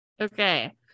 Okay